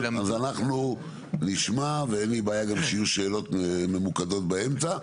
אז אנחנו נשמע ואין לי בעיה גם שיהיו שאלות ממוקדות באמצע,